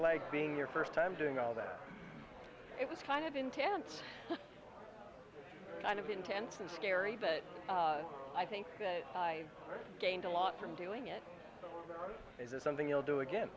like being your first time doing all that it was kind of intense kind of intense and scary but i think i gained a lot from doing it is it something you'll do again